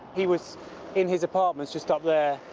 he was in his apartment, just up there,